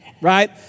right